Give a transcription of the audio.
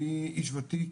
אני איש ותיק,